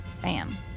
Bam